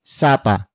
sapa